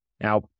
Now